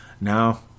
Now